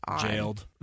Jailed